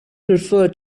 prefer